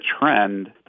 trend